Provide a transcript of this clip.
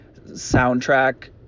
soundtrack